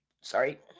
sorry